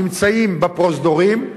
נמצאים בפרוזדורים.